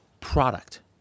product